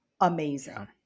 amazing